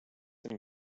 and